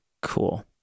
Cool